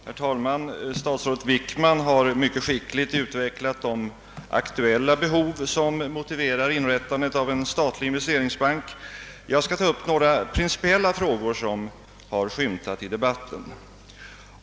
Herr talman! Statsrådet Wickman har mycket skickligt utvecklat de behov som motiverar inrättandet av en statlig investeringsbank. Jag skall ta upp några principiella frågor som skymtat i debatten.